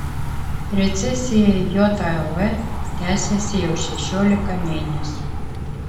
recesija jav tęsiasi jau šešiolika mėnesių